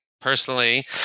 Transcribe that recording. personally